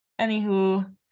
anywho